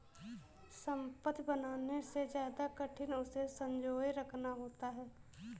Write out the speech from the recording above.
संपत्ति बनाने से ज्यादा कठिन उसे संजोए रखना होता है